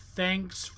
thanks